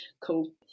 cool